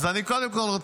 אז קודם כול,